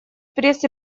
пресс